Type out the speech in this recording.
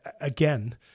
again